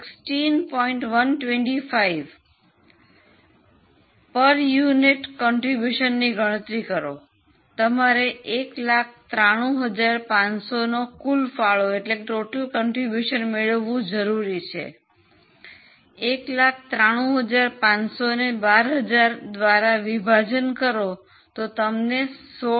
125 એકમ દીઠ ફાળોની ગણતરી કરો તમારે 193500 કુલ ફાળો મેળવવું જરૂરી છે 193500 ને 12000 દ્વારા વિભાજન કરો તો તમને 16